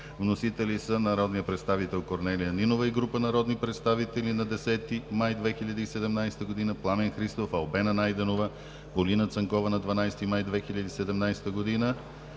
Вносители са народният представител Корнелия Нинова и група народни представители на 10 май 2017 г.; Пламен Христов, Албена Найденова, Полина Цанкова на 12 май 2017 г.;